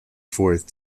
forth